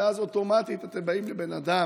ואז אוטומטית אתם באים לאדם